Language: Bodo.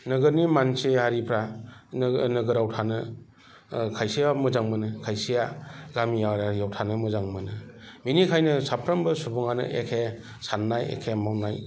नोगोरनि मानसियारिफ्रा नोगोराव थानो खायसेया मोजां मोनो खायसेया गामियारियाव थानो मोजां मोनो बिनिखायनो साफ्रोमबो सुबुङानो एखे साननाय एखे मावनाय